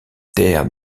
terre